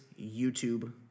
YouTube